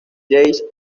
jazz